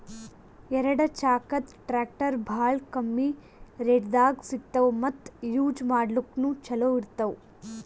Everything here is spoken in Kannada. ಎರಡ ಚಾಕದ್ ಟ್ರ್ಯಾಕ್ಟರ್ ಭಾಳ್ ಕಮ್ಮಿ ರೇಟ್ದಾಗ್ ಸಿಗ್ತವ್ ಮತ್ತ್ ಯೂಜ್ ಮಾಡ್ಲಾಕ್ನು ಛಲೋ ಇರ್ತವ್